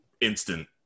instant